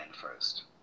first